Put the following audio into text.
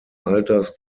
alters